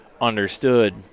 understood